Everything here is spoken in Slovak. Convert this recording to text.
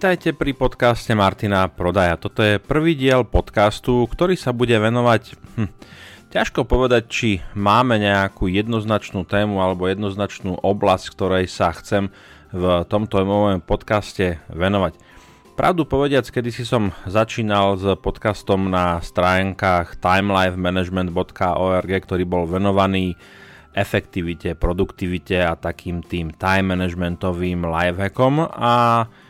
Vítajte pri podcaste Martina Prodaja. Toto je prvý diel podcastu, ktorý sa bude venovať, hm, ťažko povedať, či máme nejakú jednoznačnú tému alebo jednoznačnú oblasť, ktorej sa chcem v tomto mojom podcaste venovať. Pravdu povediac, kedysi som začínal s podcastom na stránkach timelifemanagement.org, ktorý bol venovaný efektivite, produktivite a takým tým time managementovým lifehackom a